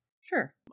sure